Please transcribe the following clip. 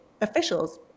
officials